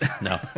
No